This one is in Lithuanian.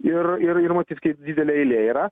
ir ir matyt kai didelė eilė yra